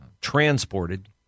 transported